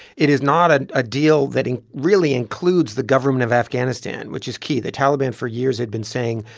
it is not a ah deal that and really includes the government of afghanistan, which is key. the taliban for years had been saying,